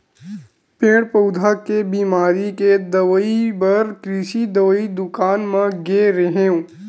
पेड़ पउधा के बिमारी के दवई बर कृषि दवई दुकान म गे रेहेंव